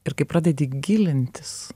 ir kai pradedi gilintis